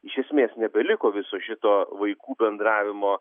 iš esmės nebeliko viso šito vaikų bendravimo